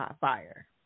fire